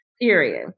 period